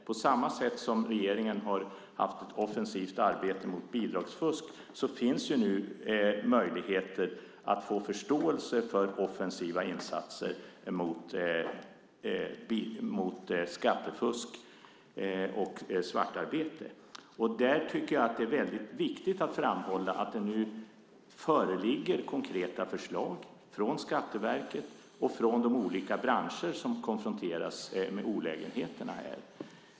På samma sätt som regeringen har haft ett offensivt arbete mot bidragsfusk finns nu möjligheter att få förståelse för offensiva insatser mot skattefusk och svartarbete. Jag tycker att det är väldigt viktigt att framhålla att det nu föreligger konkreta förslag från Skatteverket och från de olika branscher som konfronteras med dessa olägenheter.